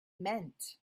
meant